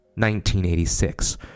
1986